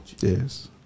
Yes